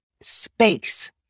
space